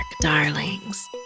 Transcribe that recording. darlings